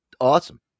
awesome